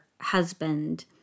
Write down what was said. husband